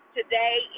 Today